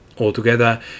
Altogether